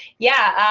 yeah,